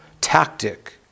tactic